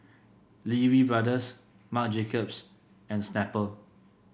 Lee Wee Brothers Marc Jacobs and Snapple